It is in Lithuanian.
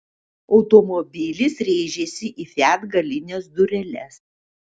automobilis rėžėsi į fiat galines dureles